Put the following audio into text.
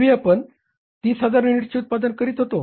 पूर्वी आपण 30000 युनिटचे उत्पादन करत होतो